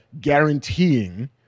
Guaranteeing